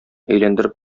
әйләндереп